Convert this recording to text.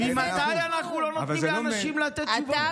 ממתי אנחנו לא נותנים לאנשים לתת תשובות כמו שצריך?